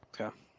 Okay